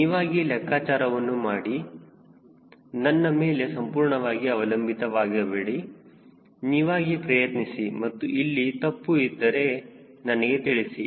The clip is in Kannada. ನೀವಾಗಿ ಲೆಕ್ಕಾಚಾರವನ್ನು ಮಾಡಿ ನನ್ನ ಮೇಲೆ ಸಂಪೂರ್ಣವಾಗಿ ಅವಲಂಬಿತರಾಗಬೇಡಿ ನೀವಾಗಿ ಪ್ರಯತ್ನಿಸಿ ಮತ್ತು ಇಲ್ಲಿ ತಪ್ಪು ಇದ್ದರೆ ನನಗೆ ತಿಳಿಸಿ